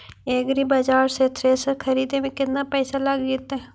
एग्रिबाजार से थ्रेसर खरिदे में केतना पैसा लग जितै?